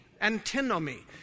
Antinomy